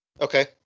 Okay